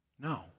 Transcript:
No